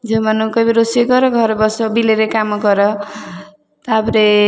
ଝିଅମାନଙ୍କୁ କହିବେ ରୋଷେଇ କର ଘରେ ବସ ବିଲରେ କାମ କର ତା'ପରେ